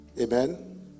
Amen